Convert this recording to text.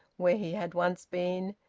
where he had once been,